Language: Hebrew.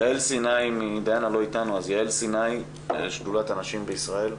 יעל סיני משדולת הנשים בישראל.